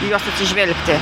į juos atsižvelgti